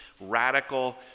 radical